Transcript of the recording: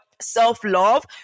self-love